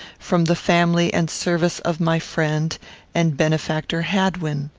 from the family and service of my friend and benefactor hadwin?